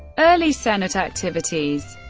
early senate activities